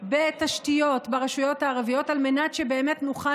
בתשתיות ברשויות הערביות על מנת שנוכל